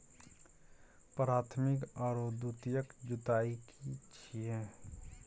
प्राथमिक आरो द्वितीयक जुताई की छिये?